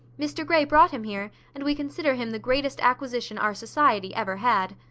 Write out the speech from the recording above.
mr grey brought him here, and we consider him the greatest acquisition our society ever had.